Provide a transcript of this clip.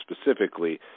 specifically